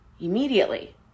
Immediately